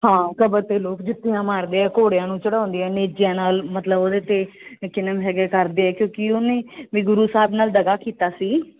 ਹਾਂ ਕਬਰ 'ਤੇ ਲੋਕ ਜੁੱਤੀਆਂ ਮਾਰਦੇ ਆ ਘੋੜਿਆਂ ਨੂੰ ਚੜਾਉਂਦੇ ਆ ਨੇਜਿਆਂ ਨਾਲ ਮਤਲਬ ਉਹਦੇ 'ਤੇ ਕਿਨਮ ਹੈਗੇ ਕਰਦੇ ਕਿਉਂਕਿ ਉਹਨੇ ਬਈ ਗੁਰੂ ਸਾਹਿਬ ਨਾਲ ਦਗ਼ਾ ਕੀਤਾ ਸੀ